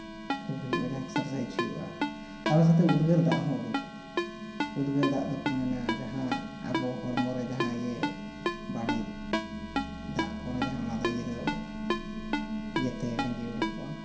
ᱦᱩᱭᱩᱜᱼᱟ ᱡᱟᱦᱟᱸ ᱮᱠᱥᱟᱨᱥᱟᱭᱤᱡ ᱦᱩᱭᱩᱜᱼᱟ ᱟᱨ ᱚᱱᱟ ᱥᱟᱶᱛᱮ ᱩᱫᱽᱜᱟᱹᱨ ᱫᱟᱜ ᱦᱚᱸ ᱚᱰᱳᱠᱚᱜᱼᱟ ᱩᱫᱽᱜᱟᱹᱨ ᱫᱟᱜ ᱫᱚᱠᱚ ᱢᱮᱱᱟ ᱡᱟᱦᱟᱸ ᱟᱵᱚ ᱦᱚᱲᱢᱚ ᱨᱮ ᱡᱟᱦᱟᱸ ᱤᱭᱟᱹ ᱵᱟᱹᱲᱤᱡ ᱫᱟᱜ ᱠᱷᱚᱱᱟ ᱡᱟᱷᱟᱸ ᱚᱱᱟ ᱫᱚ ᱤᱭᱟᱹ ᱫᱚ ᱤᱭᱟᱹᱛᱮ ᱞᱤᱜᱤ ᱚᱰᱳᱠᱚᱜᱼᱟ